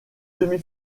demi